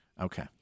Okay